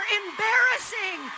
embarrassing